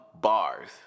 bars